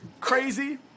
Crazy